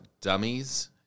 dummies